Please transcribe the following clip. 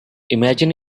imagine